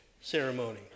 ceremony